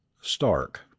Stark